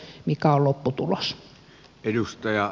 arvoisa puhemies